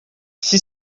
six